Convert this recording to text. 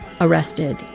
arrested